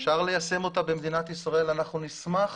אפשר ליישם אותה במדינת ישראל ואנחנו נשמח